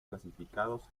clasificados